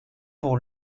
pour